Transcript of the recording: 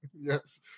Yes